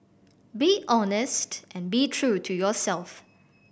be honest and be true to yourself